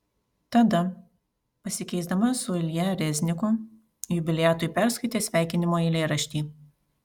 tada pasikeisdama su ilja rezniku jubiliatui perskaitė sveikinimo eilėraštį